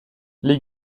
les